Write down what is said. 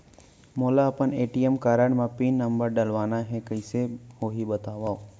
मोला अपन ATM card म पिन नंबर डलवाना हे कइसे होही बतावव?